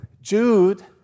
Jude